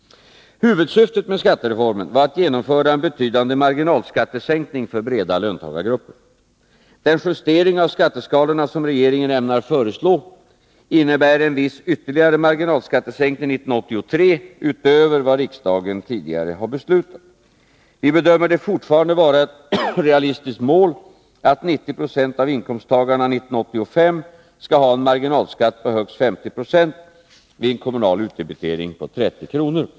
Huvudsyftet med skattereformen var att genomföra en betydande marginalskattesänkning för breda löntagargrupper. Den justering av skatteskalorna som regeringen ämnar föreslå innebär en viss ytterligare marginalskattesänkning 1983 utöver vad riksdagen tidigare har beslutat. Vi bedömer det fortfarande vara ett realistiskt mål att 90 20 av inkomsttagarna 1985 skall ha en marginalskatt på högst 50 26, vid en kommunal utdebitering på 30 kr.